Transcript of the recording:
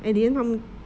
at the end 他们